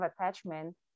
attachment